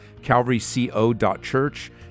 calvaryco.church